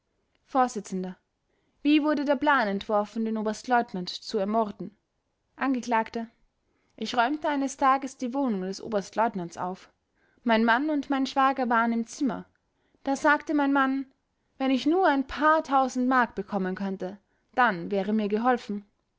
vors wie wurde der plan entworfen den oberstleutnant zu ermorden angekl ich räumte eines tages die wohnung des oberstleutnants auf mein mann und mein schwager waren im zimmer da sagte mein mann wenn ich nur ein paar tausend mark bekommen könnte dann wäre mir geholfen